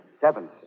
Seven